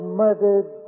murdered